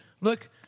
Look